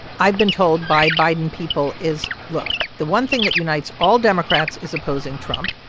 i've been told by biden people is, look the one thing that unites all democrats is opposing trump.